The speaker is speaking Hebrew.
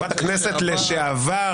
חברת הכנסת לשעבר.